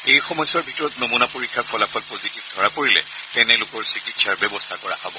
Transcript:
এই সময়ছোৱাৰ ভিতৰত নমনা পৰীক্ষাৰ ফলাফল পজিটিভ ধৰা পৰিলে তেনে লোকৰ চিকিৎসাৰ ব্যৱস্থা কৰা হ'ব